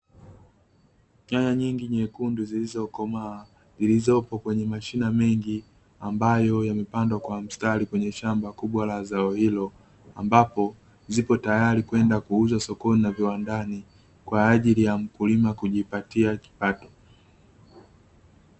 Nyanya nyingi nyekundu zilizokomaa zilizopo kwenye mashina mengi, ambayo yamepandwa kwa mstari kwenye shamba kubwa la zao hilo, ambapo zipo tayari kwenda kuuzwa sokoni na viwandani kwa ajili ya mkulima kujipatia kipato.